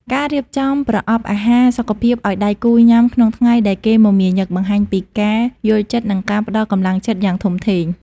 ការរៀបចំប្រអប់អាហារសុខភាពឱ្យដៃគូញ៉ាំក្នុងថ្ងៃដែលគេមមាញឹក បង្ហាញពីការយល់ចិត្ត និងការផ្ដល់កម្លាំងចិត្តយ៉ាងធំធេង។